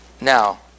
Now